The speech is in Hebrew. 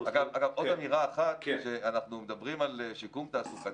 גם ועדת לרון וגם אנחנו לא נקבנו בשם של מי צריך להיות הגוף המתכלל,